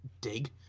dig